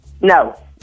No